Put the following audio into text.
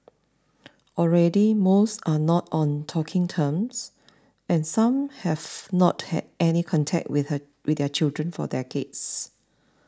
already most are not on talking terms and some have not had any contact with their children for decades